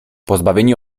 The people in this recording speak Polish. pozbawieni